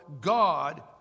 God